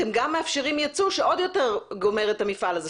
אתם גם מאפשרים יצוא שעוד יותר גומר את המפעל הזה.